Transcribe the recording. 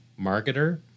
marketer